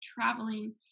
traveling